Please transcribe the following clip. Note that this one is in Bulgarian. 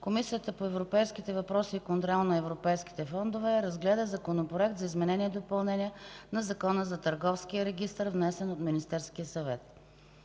Комисията по европейските въпроси и контрол на европейските фондове разгледа Законопроекта за изменение и допълнение на Закона за търговския регистър, внесен от Министерския съвет.